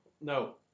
No